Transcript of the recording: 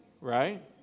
Right